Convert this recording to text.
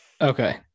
okay